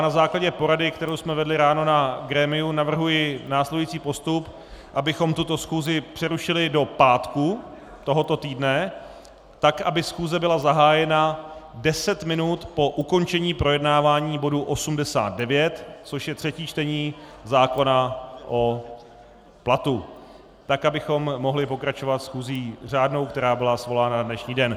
Na základě porady, kterou jsme vedli ráno na grémiu, navrhuji následující postup abychom tuto schůzi přerušili do pátku tohoto týdne, tak aby schůze byla zahájena deset minut po ukončení projednávání bodu 89, což je třetí čtení zákona o platu, tak abychom mohli pokračovat schůzí řádnou, která byla svolána na dnešní den.